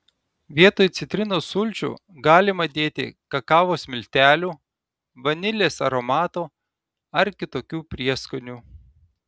vietoj citrinos sulčių galima dėti kakavos miltelių vanilės aromato ar kitokių prieskonių